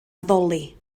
addoli